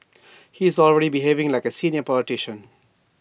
he is already behaving like A senior politician